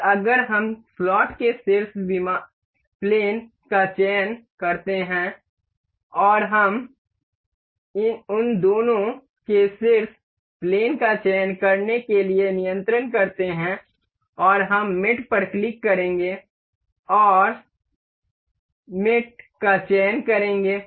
और अगर हम स्लॉट के शीर्ष विमान का चयन करते हैं और हम उन दोनों के शीर्ष प्लेन का चयन करने के लिए नियंत्रण करते हैं और हम मेट पर क्लिक करेंगे और संयोग मेट का चयन करेंगे